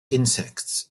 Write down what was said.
insects